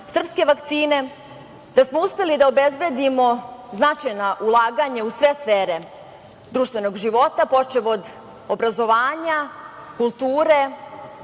srpske vakcine, da smo uspeli da obezbedimo značajna ulaganja u sve sfere društvenog života, počev od obrazovanja, kulture,